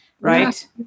right